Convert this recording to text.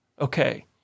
Okay